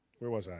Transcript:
where was i?